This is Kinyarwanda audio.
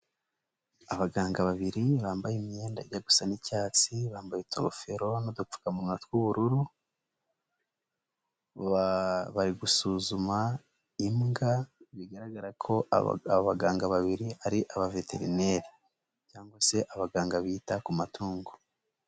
Abaganga babiri bambaye imyenda ijya gusa n'icyatsi, bambaye utugofero n'udupfukamunwa tw'ubururu, bari gusuzuma imbwa bigaragara ko aba baganga babiri ari abaveterineri, cyangwa se abaganga bita ku matungo.